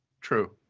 True